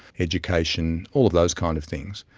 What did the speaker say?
education, all of those kind of things,